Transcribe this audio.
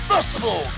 Festival